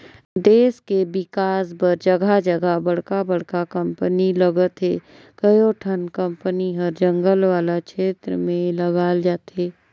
देस के बिकास बर जघा जघा बड़का बड़का कंपनी लगत हे, कयोठन कंपनी हर जंगल वाला छेत्र में लगाल जाथे